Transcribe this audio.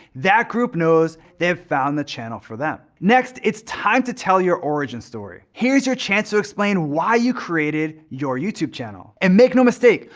that group knows they've found the channel for them. next it's time to tell your origin story. here's your chance to explain why you created your youtube channel. and make no mistake,